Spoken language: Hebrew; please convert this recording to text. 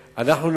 וכו'.